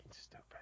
stupid